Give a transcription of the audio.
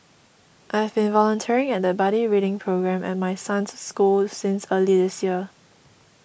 I've been volunteering at the buddy reading programme at my son's school since early this year